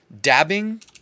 dabbing